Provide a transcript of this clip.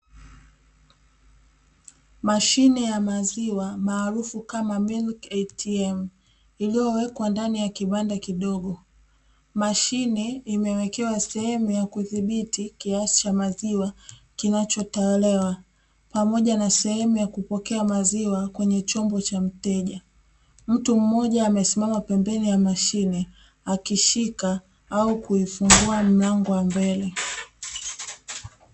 Mashine ya maziwa maarufu kama "milk ATM" iliyowekwa ndani ya kiwanda kidogo, mashine imewekewa sehemu ya kudhibiti kiasi cha maziwa kinachotolewa, na sehemu ya kupokea maziwa kwenye chombo cha mteja, mtu mmoja amesimama pembeni ya mashine akishika au kuifungua mlango wa mbele.